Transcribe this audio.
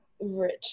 rich